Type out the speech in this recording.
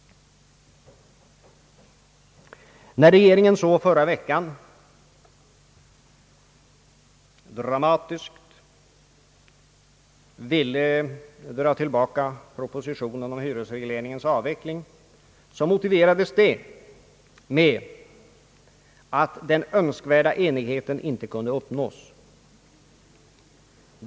När så regeringen förra veckan dramatiskt ville dra tillbaka propositionen om hyresregleringens avveckling, motiverades det med att den önskvärda enigheten inte kunde uppnås.